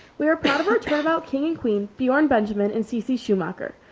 we are proud of our turnabout king and queen beyond benjamin and cc schumacher.